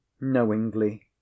knowingly